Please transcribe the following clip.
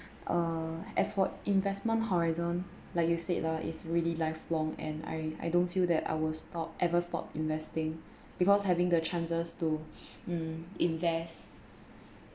uh as for investment horizon like you said ah is really lifelong and I I don't feel that I will stop ever stop investing because having the chances to mm invest